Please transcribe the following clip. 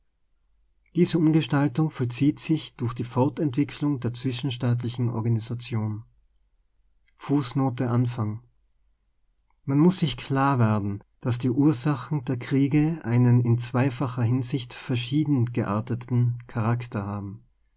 diese umgestaltung vollzieht sich durch die fortentwicklung der zwischenstaatlichen organisation man muß sich klar werden daß die ursachen der kriege einen in zweifacher hinsicht verschieden gearteten charakter haben